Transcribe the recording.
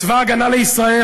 צבא הגנה לישראל,